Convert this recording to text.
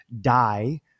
die